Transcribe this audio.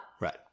Right